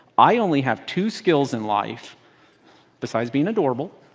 i only have two skills in life besides being adorable